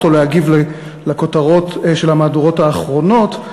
או להגיב לכותרות של המהדורות האחרונות,